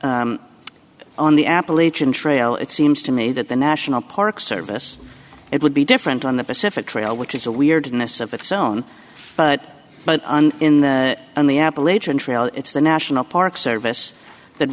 on the appalachian trail it seems to me that the national park service it would be different on the pacific trail which is a weirdness of its own but but in the on the appalachian trail it's the national park service that